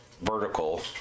vertical